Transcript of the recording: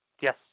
Yes